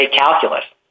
calculus